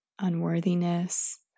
unworthiness